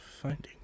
finding